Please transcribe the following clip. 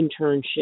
internship